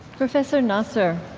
professor nasr,